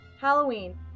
Halloween